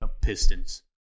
Pistons